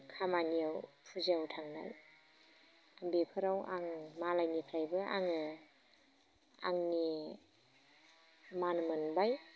खामानियाव फुजायाव थांनाय बिफोराव आं मालायनिफ्रायबो आङो आंनि मान मोनबाय